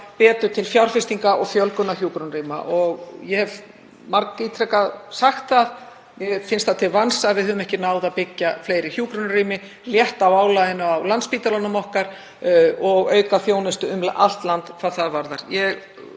betur til fjárfestinga og fjölgunar hjúkrunarrýma. Ég hef margítrekað sagt að mér finnst það til vansa að við höfum ekki náð að byggja fleiri hjúkrunarrými, létta álaginu á Landspítalanum og auka þjónustu um allt land hvað það varðar.